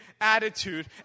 attitude